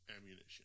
ammunition